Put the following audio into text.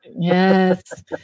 Yes